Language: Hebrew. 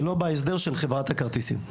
ולא בהסדר של חברת הכרטיסים.